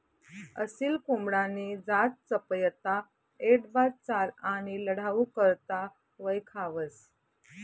असील कोंबडानी जात चपयता, ऐटबाज चाल आणि लढाऊ करता वयखावंस